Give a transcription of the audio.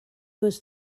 was